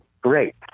great